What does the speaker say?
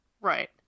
right